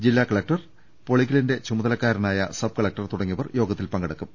ജില്ലാ കലക്ടർ പൊളിക്കലിന്റെ ചുമതലക്കാരനായ സബ് കലക്ടർ തുടങ്ങിയവർ യോഗത്തിൽ പങ്കെടുക്കും